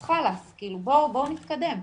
אז בואו נתקדם.